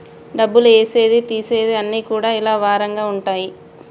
డబ్బులు ఏసేది తీసేది అన్ని కూడా ఇలా వారంగా ఉంటయి